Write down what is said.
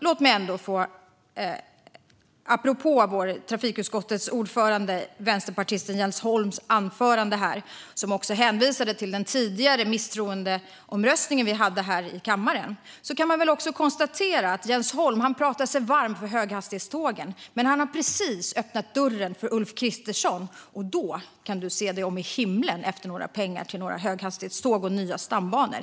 Apropå anförandet från trafikutskottets ordförande, vänsterpartisten Jens Holm, som också hänvisade till misstroendeomröstningen vi hade här i kammaren tidigare i dag, kan man konstatera att han talade sig varm för höghastighetståg. Men han har precis öppnat dörren för Ulf Kristersson. Då kan du se dig om i himlen efter några pengar till höghastighetståg och nya stambanor!